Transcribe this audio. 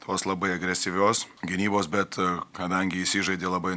tos labai agresyvios gynybos bet kadangi įsižaidė labai